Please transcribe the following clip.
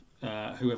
Whoever